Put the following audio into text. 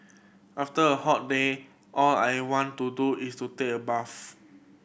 after a hot day all I want to do is to take a bath